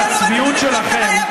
זה הכול.